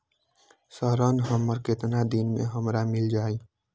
ऋण हमर केतना दिन मे हमरा मील जाई?